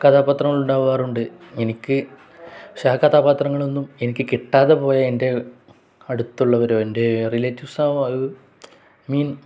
കഥാപാത്രങ്ങൾ ഉണ്ടാവാറുണ്ട് എനിക്ക് പക്ഷേ ആ കഥാപാത്രങ്ങളൊന്നും എനിക്ക് കിട്ടാതെ പോയ എൻ്റെ അടുത്തുള്ളവരും എൻ്റെ റിലേറ്റീവ്സ മീൻ